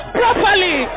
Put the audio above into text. properly